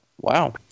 Wow